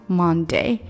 monday